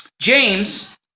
James